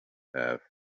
have